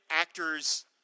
actors